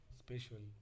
special